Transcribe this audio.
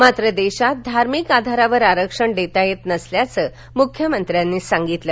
मात्र देशात धार्मिक आधारावर आरक्षण देता येत नसल्याचं मुख्यमंत्र्यांनी सांगितलं